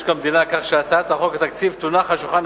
משק המדינה כך שהצעת חוק התקציב תונח על שולחן